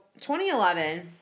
2011